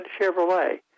Chevrolet